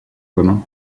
commun